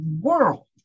world